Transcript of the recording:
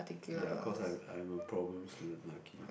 ya cause I'm I'm a problem student when I'm a kid